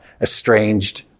estranged